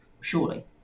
surely